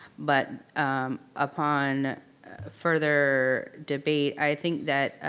but upon further debate i think that,